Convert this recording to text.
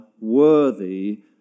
worthy